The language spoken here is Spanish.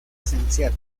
esencial